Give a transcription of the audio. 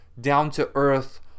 down-to-earth